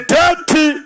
dirty